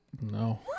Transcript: no